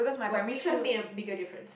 what which one make a bigger difference